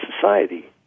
society